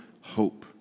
hope